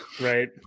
Right